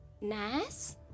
nice